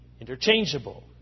interchangeable